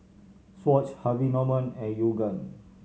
Swatch Harvey Norman and Yoogane